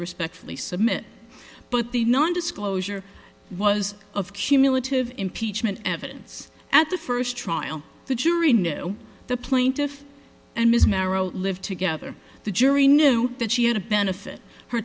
respectfully submit but the non disclosure was of cumulative impeachment evidence at the first trial the jury knew the plaintiff and miss merrow live together the jury knew that she had a benefit her